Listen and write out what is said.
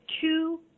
two